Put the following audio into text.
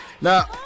Now